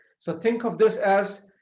so think of this as